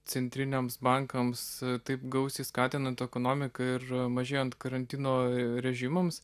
centriniams bankams taip gausiai skatinant ekonomiką ir mažėjant karantino režimams